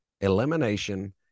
elimination